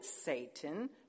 Satan